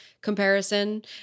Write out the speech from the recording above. comparison